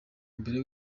mbere